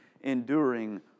enduring